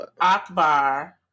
Akbar